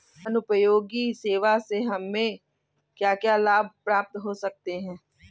जनोपयोगी सेवा से हमें क्या क्या लाभ प्राप्त हो सकते हैं?